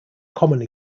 commonly